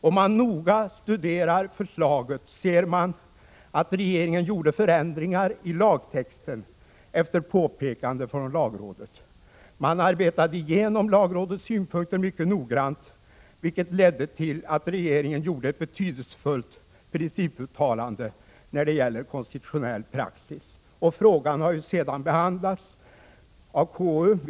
Om man noga studerar förslaget ser man att regeringen gjorde förändringar i lagtexten efter påpekande från lagrådet. Man arbetade igenom lagrådets synpunkter mycket noggrant, vilket ledde till att regeringen gjorde ett betydelsefullt principuttalande när det gäller konstitutionell praxis. Frågan har sedan behandlats av KU.